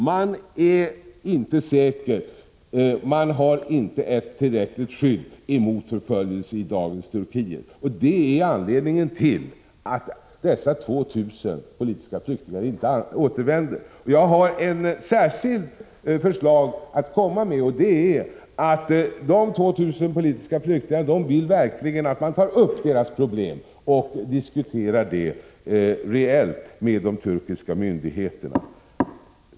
Man är inte säker, man har inte tillräckligt skydd mot förföljelse i dagens Turkiet, och det är anledningen till att dessa 2 000 politiska flyktingar inte återvänder. Jag har ett särskilt förslag att komma med. 2 000 politiska flyktingar vill att man verkligen tar upp deras problem och diskuterar dem reellt med de turkiska myndigheterna.